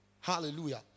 Hallelujah